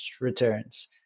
returns